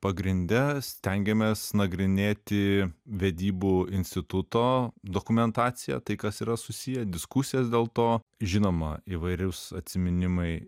pagrinde stengiamės nagrinėti vedybų instituto dokumentaciją tai kas yra susiję diskusijas dėl to žinoma įvairius atsiminimai